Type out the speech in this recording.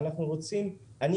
אני,